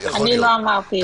אני לא אמרתי את זה.